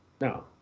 No